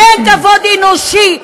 אין כבוד אנושי,